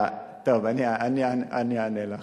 טוב, אני אענה לך.